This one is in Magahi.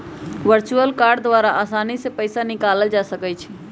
वर्चुअल कार्ड द्वारा असानी से पइसा निकालल जा सकइ छै